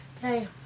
hey